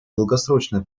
долгосрочная